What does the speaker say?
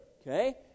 okay